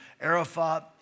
Arafat